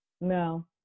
No